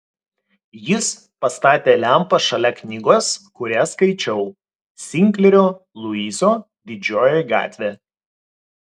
jis pastatė lempą šalia knygos kurią skaičiau sinklerio luiso didžioji gatvė